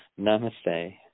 Namaste